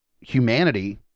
humanity